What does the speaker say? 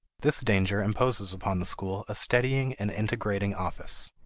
this danger imposes upon the school a steadying and integrating office.